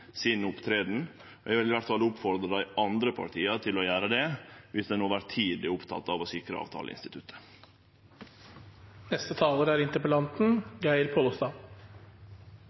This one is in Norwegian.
Eg vil iallfall oppmode dei andre partia til å gjere det, dersom ein over tid er oppteken av å sikre